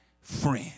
friend